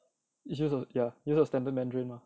it's also ya use of standard mandarin lah